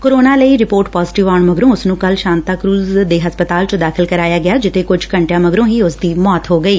corona ਲਈ report positive ਆਉਣ ਮਗਰੋ ਉਸ ਨੂੰ ਕੱਲ ਸਾਂਤਾ ਕਰੁਜ਼ ਦੇ ਹਸਪਤਾਲ ਚ ਦਾਖ਼ਲ ਕਰਾਇਆ ਗਿਆ ਜਿੱਥੇ ਕੁਝ ਘੰਟਿਆ ਮਗਰੋ ਊਸਦੀ ਮੌਤ ਹੋ ਗਈ